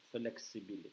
flexibility